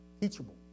Teachable